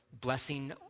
blessing